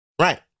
Right